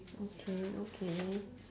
okay okay